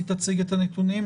היא תציג את הנתונים.